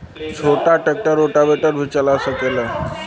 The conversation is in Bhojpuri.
छोटा ट्रेक्टर रोटावेटर भी चला सकेला?